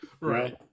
Right